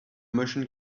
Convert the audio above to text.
motion